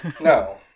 No